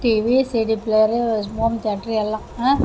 TV CD players home theatre எல்லாம் ஆ